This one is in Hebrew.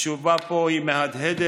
התשובה פה מהדהדת.